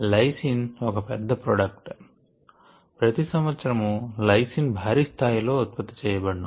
lysine ఒక పెద్ద product ప్రతి సంవత్సరము లైసిన్ భారీ స్థాయి లో ఉత్పత్తి చేయబడును